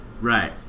right